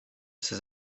ses